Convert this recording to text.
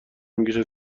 میکشد